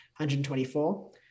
124